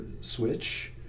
switch